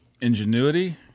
Ingenuity